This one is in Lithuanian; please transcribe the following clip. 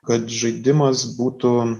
kad žaidimas būtų